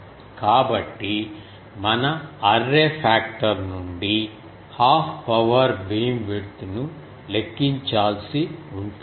కాబట్టి మన array factor నుండి హాఫ్ పవర్ బీమ్విడ్త్ ను లెక్కించాల్సి ఉంటుంది